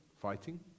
Fighting